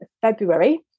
February